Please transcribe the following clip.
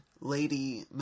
Lady